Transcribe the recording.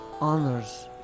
honors